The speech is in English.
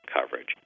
coverage